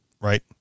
Right